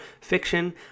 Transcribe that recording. fiction